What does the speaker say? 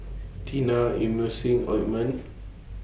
Tena Emulsying Ointment